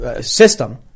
system